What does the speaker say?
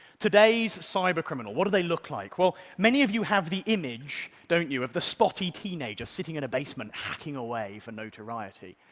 today's cybercriminal, what do they look like? well, many of you have the image, don't you, of the spotty teenager sitting in a basement, hacking away for notoriety.